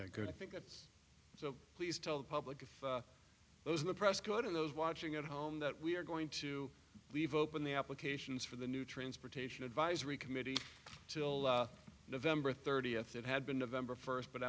because i think that's so please tell the public if those in the press could in those watching at home that we are going to leave open the applications for the new transportation advisory committee till november thirtieth it had been november first but